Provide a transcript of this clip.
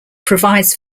provides